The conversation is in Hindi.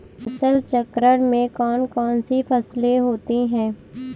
फसल चक्रण में कौन कौन सी फसलें होती हैं?